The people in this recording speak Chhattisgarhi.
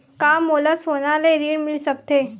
का मोला सोना ले ऋण मिल सकथे?